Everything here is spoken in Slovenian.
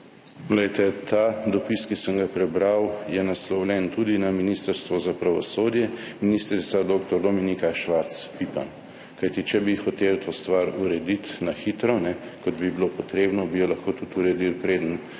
Ta dopis, ki sem ga prebral, je naslovljen tudi na Ministrstvo za pravosodje, ministrico dr. Dominiko Švarc Pipan. Kajti če bi hoteli to stvar urediti na hitro, kot bi bilo potrebno, bi jo lahko uredili tudi,